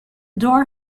door